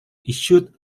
issued